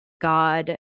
God